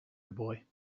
boy